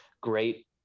great